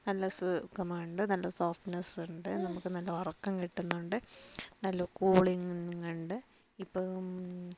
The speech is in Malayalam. നല്ല സുഖമുണ്ട് നല്ല സോഫ്റ്റ്നസ് ഉണ്ട് നമുക്ക് നല്ല ഉറക്കം കിട്ടുന്നുണ്ട് നല്ല കൂളിങ്ങ് ഉണ്ട് ഇപ്പം